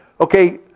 Okay